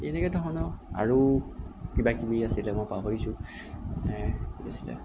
এনেকে ধৰণৰ আৰু কিবাকিবি আছিলে মই পাহৰিছোঁ কি আছিলে